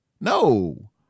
No